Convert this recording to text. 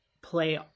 play